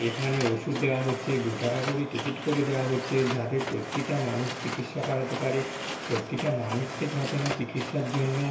এখানে ওষুধ দেওয়া হছে দু টাকা করে টিকিট করে দেওয়া হচ্ছে যাতে প্রতিটা মানুষ চিকিৎসা করাতে পারে প্রতিটা মানুষকে যাতে না চিকিৎসার জন্য